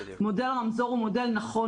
מודל הרמזור הוא מודל נכון,